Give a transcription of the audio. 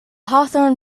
hawthorne